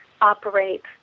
operate